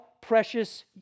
precious